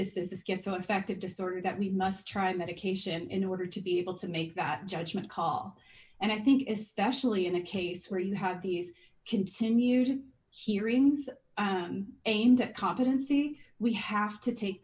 this is this get so effective disorder that we must try medication in order to be able to make that judgment call and i think it is especially in a case where you have these continued hearings ainda competency we have to take